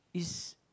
it's